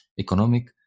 economic